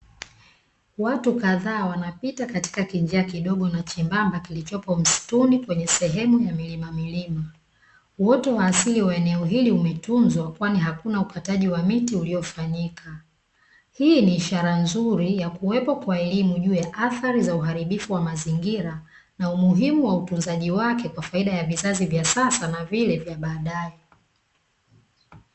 Watu kadhaa wanapita katika kinjia kidogo na chenyembamba kilichopo msituni kwenye sehemu ya milima milima uoto wa asili wa eneo hili kwani hakuna miti iliyokatwa hii ni ishara nzuri ya kuwepo kwa elimu juu ya athari uwaribifu wa mazingira na umuhimu utunzaji wake kwaajili ya vizazi vya sasa na baadae.